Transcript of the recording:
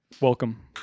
Welcome